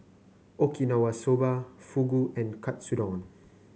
Okinawa Soba Fugu and Katsudon